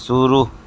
शुरू